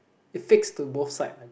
it fixed to both side